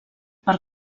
per